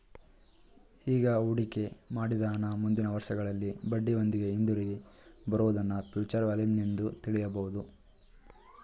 ಈಗ ಹೂಡಿಕೆ ಮಾಡಿದ ಹಣ ಮುಂದಿನ ವರ್ಷಗಳಲ್ಲಿ ಬಡ್ಡಿಯೊಂದಿಗೆ ಹಿಂದಿರುಗಿ ಬರುವುದನ್ನ ಫ್ಯೂಚರ್ ವ್ಯಾಲ್ಯೂ ನಿಂದು ತಿಳಿಯಬಹುದು